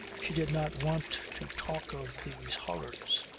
she did not want to talk of these horrors.